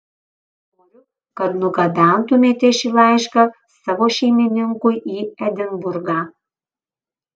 noriu kad nugabentumėte šį laišką savo šeimininkui į edinburgą